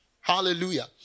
Hallelujah